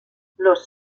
los